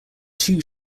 two